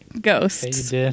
Ghosts